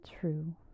true